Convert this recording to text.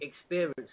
experience